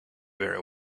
very